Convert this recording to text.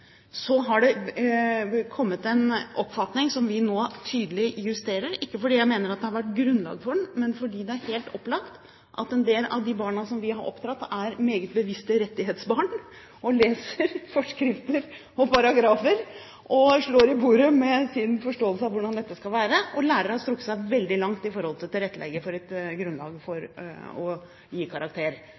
har kommet en oppfatning som vi nå tydelig justerer, ikke fordi jeg mener at det har vært grunnlag for den, men fordi det er helt opplagt at en del av de barna som vi har oppdratt, er meget bevisste rettighetsbarn som leser forskrifter og paragrafer og slår i bordet med sin forståelse av hvordan dette skal være. Lærere har strukket seg veldig langt i forhold til å tilrettelegge for et grunnlag for å gi karakter.